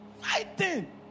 Fighting